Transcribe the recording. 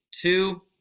Two